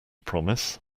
promise